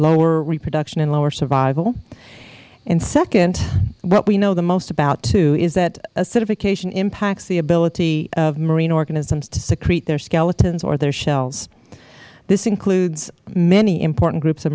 lower reproduction and lower survival and second what we know the most about too is that acidification impacts the ability of marine organisms to secrete their skeletons or their shells this includes many important groups of